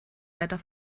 weiter